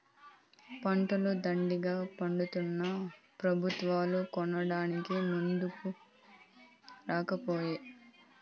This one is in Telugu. పంటలు దండిగా పండితున్నా పెబుత్వాలు కొనడానికి ముందరికి రాకపోయే